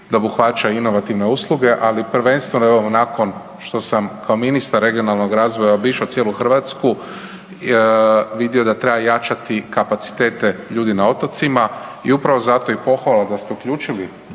obuhvaća inovativne usluge, ali prvenstveno je ovo nakon što sam kao ministar regionalnog razvoja obišao cijelu Hrvatsku vidio da treba jačati kapacitete ljudi na otocima i upravo zato i pohvala da ste uključili